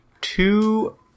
two